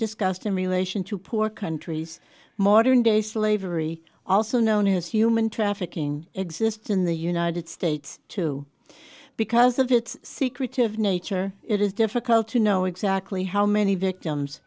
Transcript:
discussed in relation to poor countries modern day slavery also known as human trafficking exists in the united states too because of its secretive nature it is difficult to know exactly how many victims